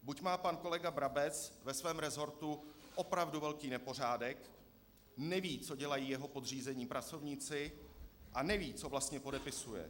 Buď má pan kolega Brabec ve svém resortu opravdu velký nepořádek, neví, co dělají jeho podřízení pracovníci, a neví, co vlastně podepisuje.